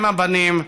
אם הבנים,